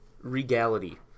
regality